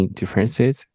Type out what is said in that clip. differences